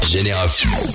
Génération